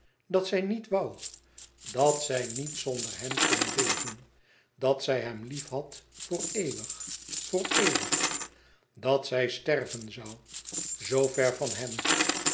dat zij niet woû dat zij niet zonder hem kon leven dat zij hem lief had voor eeuwig voor eeuwig dat zij sterven zoû zoo ver van hem